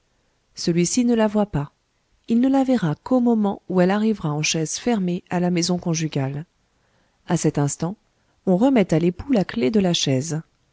celui-ci ne la voit pas il ne la verra qu'au moment où elle arrivera en chaise fermée à la maison conjugale a cet instant on remet à l'époux la clef de la chaise